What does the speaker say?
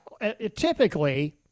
typically